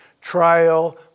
trial